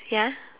ya